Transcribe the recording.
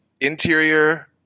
interior